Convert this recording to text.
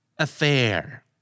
Affair